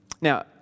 Now